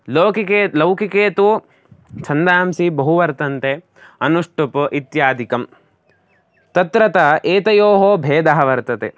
लौकिके लौकिके तु छन्दांसि बहु वर्तन्ते अनुष्टुप् इत्यादिकं तत्र तु एतयोः भेदः वर्तते